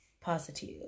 positive